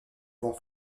vent